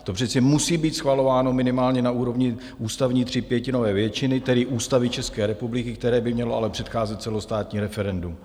To přece musí být schvalováno minimálně na úrovni ústavní třípětinové většiny, tedy Ústavy České republiky, které by mělo ale předcházet celostátní referendum.